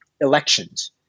elections